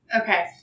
Okay